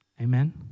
Amen